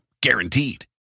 Guaranteed